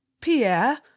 Pierre